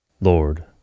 Lord